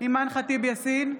אימאן ח'טיב יאסין,